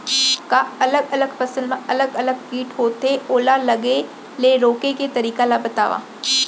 का अलग अलग फसल मा अलग अलग किट होथे, ओला लगे ले रोके के तरीका ला बतावव?